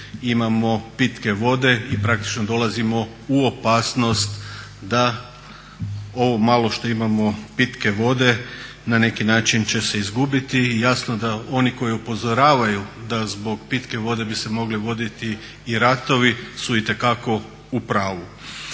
imamo pitke vode i praktično dolazimo u opasnost da ovo malo što imamo pitke vode na neki način će se izgubiti i jasno da oni koji upozoravaju da zbog pitke vode bi se mogli voditi i ratovi, su itekako u pravu.